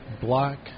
black